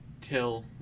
till